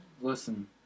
listen